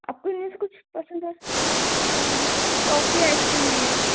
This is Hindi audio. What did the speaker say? आपको इनमें से कुछ पसंद है हाँ टॉफी आइसक्रीम भी है